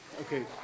Okay